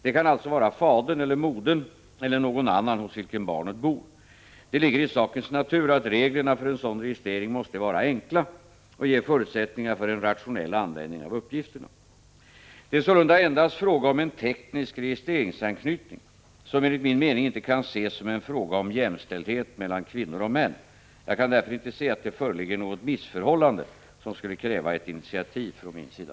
Det kan alltså vara fadern eller modern eller någon annan hos vilken barnet bor. Det ligger i sakens natur att reglerna för en sådan registrering måste vara enkla och ge förutsättningar för en rationell användning av uppgifterna. Det är sålunda endast fråga om en teknisk registreringsanknytning, som enligt min mening inte kan ses som en fråga om jämställdhet mellan kvinnor och män. Jag kan därför inte se att det föreligger något missförhållande som skulle kräva ett initiativ från min sida.